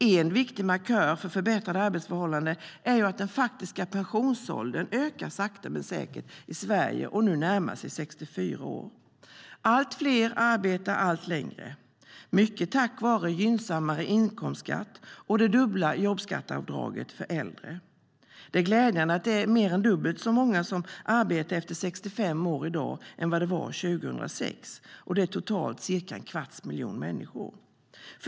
En viktig markör för förbättrade arbetsförhållanden är att den faktiska pensionsåldern ökar sakta men säkert i Sverige och nu närmar sig 64 år. Allt fler arbetar allt längre, mycket tack vare gynnsammare inkomstskatt och det dubbla jobbskatteavdraget för äldre. Det är glädjande att mer än dubbelt så många arbetar efter 65 år i dag än 2006, totalt cirka en kvarts miljon människor.